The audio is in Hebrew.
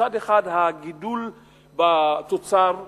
מצד אחד הגידול בתוצר הכללי,